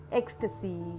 ecstasy